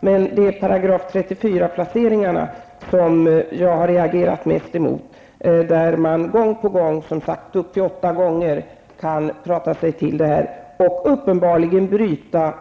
Jag har alltså reagerat mest mot § 34-placeringarna, som man gång på gång -- upp till åtta gånger -- kan prata sig till och där man uppenbarligen kan bryta